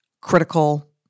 critical